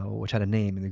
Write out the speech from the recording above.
which had a name, and